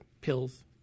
pills